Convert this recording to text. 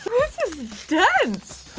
this is dense.